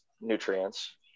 nutrients